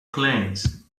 planes